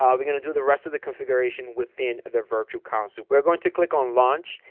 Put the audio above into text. um we're going to do the rest of the configuration within the virtual console we're going to click on launch,